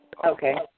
Okay